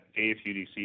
AFUDC